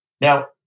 Now